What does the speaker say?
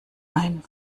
ein